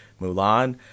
Mulan